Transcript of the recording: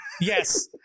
Yes